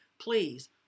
Please